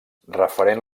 referent